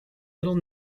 little